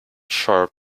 sharp